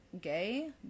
gay